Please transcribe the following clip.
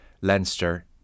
Leinster